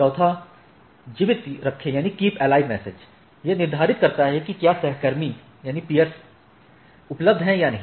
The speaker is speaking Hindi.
4 जीवित रखें मेसेज यह निर्धारित करता है कि क्या सहकर्मी उपलब्ध हैं या नहीं